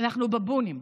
אנחנו בבונים.